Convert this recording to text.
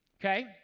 Okay